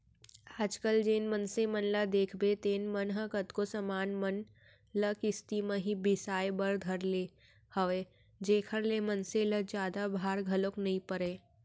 आज कल जेन मनसे मन ल देखबे तेन मन ह कतको समान मन ल किस्ती म ही बिसाय बर धर ले हवय जेखर ले मनसे ल जादा भार घलोक नइ पड़य